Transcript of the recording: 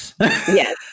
Yes